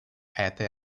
этой